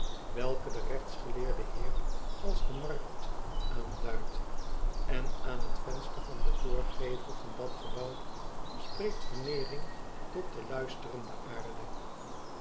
welke de rechtsgeleerde heer als de markt aanduidt en aan het venster van den toorgevel van dat gebouw spreekt veneering tot de luisterende aarde